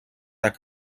that